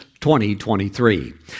2023